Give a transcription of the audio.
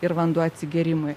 ir vanduo atsigėrimui